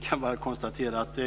Vi kan bara konstatera att